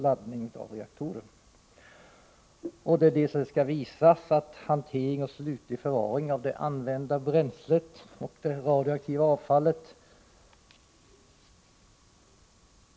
Det skall visas att det finns en metod för tillfredsställande hantering och slutlig förvaring av det använda bränslet och det radioaktiva avfallet.